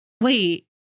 wait